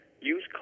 use